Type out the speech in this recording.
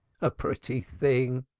a pretty thing,